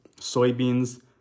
soybeans